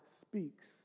speaks